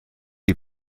die